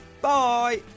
Bye